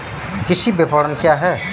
कृषि विपणन क्या है?